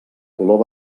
color